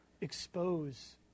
expose